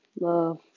love